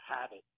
habit